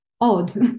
odd